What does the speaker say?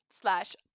slash